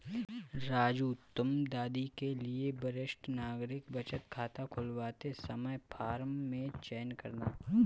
राजू तुम दादी के लिए वरिष्ठ नागरिक बचत खाता खुलवाते समय फॉर्म में चयन करना